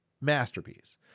masterpiece